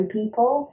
people